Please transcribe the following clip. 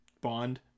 Bond